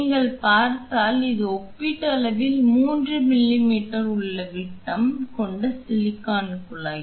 நீங்கள் பார்த்தால் இது ஒப்பீட்டளவில் 3 மீ மீ உள் விட்டம் கொண்ட சிலிக்கான் குழாய்